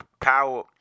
power